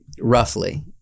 roughly